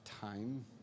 time